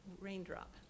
raindrop